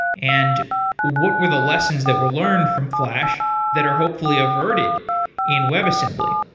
and what were the lessons that were learned from flash that are hopefully averted in webassembly?